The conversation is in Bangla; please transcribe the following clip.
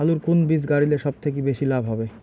আলুর কুন বীজ গারিলে সব থাকি বেশি লাভ হবে?